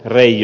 rei